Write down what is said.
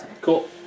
Cool